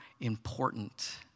important